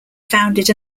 founded